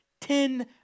Ten